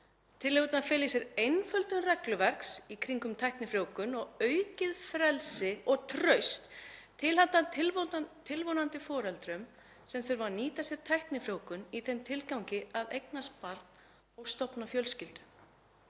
Tillögurnar fela í sér einföldun regluverks í kringum tæknifrjóvgun og aukið frelsi og traust til handa tilvonandi foreldrum sem þurfa að nýta sér tæknifrjóvgun í þeim tilgangi að eignast barn og stofna fjölskyldu.